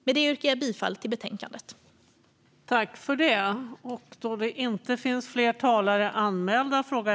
Med det yrkar jag bifall till förslaget i betänkandet.